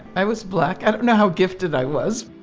i was black. i don't know how gifted i was.